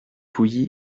pouilly